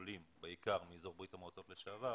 עולים בעיקר מאזור ברית המועצות לשעבר